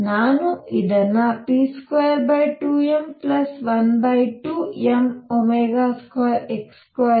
ನಾನು ಇದನ್ನು p22m12m2x2